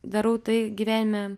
darau tai gyvenime